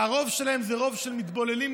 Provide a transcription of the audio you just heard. והרוב שלהם זה רוב של מתבוללים,